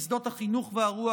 בשדות החינוך והרוח,